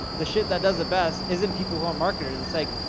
the shit that does it best, isn't people who are marketers and say,